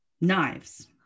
Knives